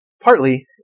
Partly